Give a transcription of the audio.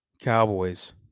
Cowboys